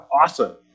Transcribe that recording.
Awesome